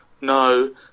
No